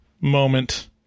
moment